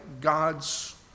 God's